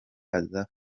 aza